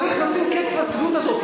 צריך לשים קץ לצביעות הזאת.